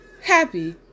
happy